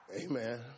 Amen